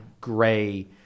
gray